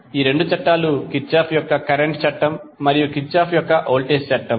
ఈ రెండు చట్టాలు కిర్చోఫ్ యొక్క కరెంట్ చట్టం మరియు కిర్చోఫ్ యొక్క వోల్టేజ్ చట్టం